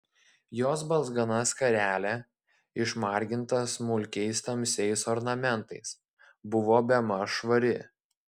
jos balzgana skarelė išmarginta smulkiais tamsiais ornamentais buvo bemaž švari